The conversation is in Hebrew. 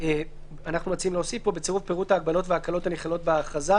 אנו מציעים להוסיף: בצירוף פירוט ההגבלות וההקלות הנכללות בהכרזה,